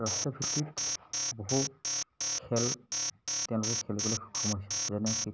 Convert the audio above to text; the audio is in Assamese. ৰাষ্ট্ৰীয়ভিত্তিত বহু খেল তেওঁলোকে খেলিবলৈ সক্ষম হৈছে যেনে